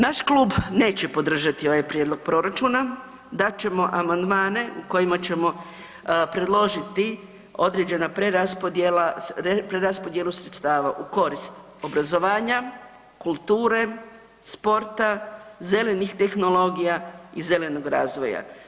Naš klub neće podržati ovaj prijedlog proračuna, dat ćemo amandmane u kojima ćemo predložiti određena preraspodjelu sredstava u korist obrazovanja, kulture, sporta, zelenih tehnologija i zelenog razvoja.